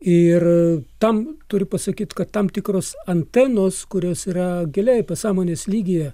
ir tam turiu pasakyt kad tam tikros antenos kurios yra giliai pasąmonės lygyje